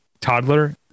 toddler